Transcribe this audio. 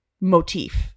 motif